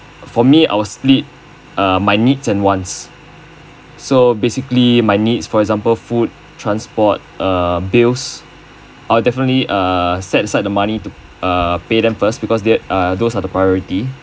for me I will split uh my needs and wants so basically my needs for example food transport err bills I'll definitely err set aside the money to err pay them first because they uh those are the priority